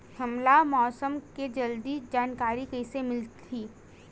हमला मौसम के जल्दी जानकारी कइसे मिलही?